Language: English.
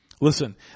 listen